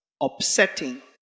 upsetting